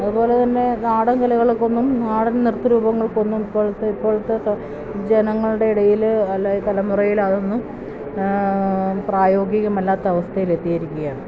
അതുപോലെ തന്നെ നാടൻ കലകൾക്കൊന്നും നാടൻ നൃത്തരൂപങ്ങൾക്കൊന്നും ഇപ്പോഴത്തെ ഇപ്പോഴത്തെ ജനങ്ങളുടെയിടയില് അല്ല തലമുറയിൽ അതൊന്നും പ്രായോഗികമല്ലാത്ത അവസ്ഥയില് എത്തിയിരിക്കുകയാണ്